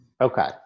Okay